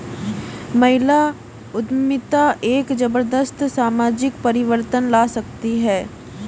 महिला उद्यमिता एक जबरदस्त सामाजिक परिवर्तन ला सकती है